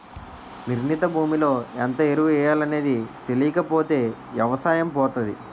నిర్ణీత భూమిలో ఎంత ఎరువు ఎయ్యాలనేది తెలీకపోతే ఎవసాయం పోతాది